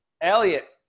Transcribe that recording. Elliot